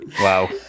Wow